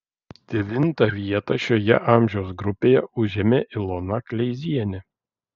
devintą vietą šioje amžiaus grupėje užėmė ilona kleizienė